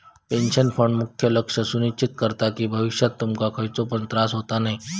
pension fund मुख्य लक्ष सुनिश्चित करता कि भविष्यात तुमका खयचो पण त्रास होता नये